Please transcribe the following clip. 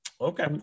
Okay